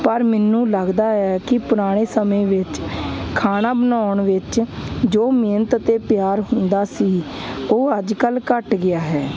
ਪਰ ਮੈਨੂੰ ਲੱਗਦਾ ਹੈ ਕਿ ਪੁਰਾਣੇ ਸਮੇਂ ਵਿੱਚ ਖਾਣਾ ਬਣਾਉਣ ਵਿੱਚ ਜੋ ਮਿਹਨਤ ਅਤੇ ਪਿਆਰ ਹੁੰਦਾ ਸੀ ਉਹ ਅੱਜ ਕੱਲ੍ਹ ਘੱਟ ਗਿਆ ਹੈ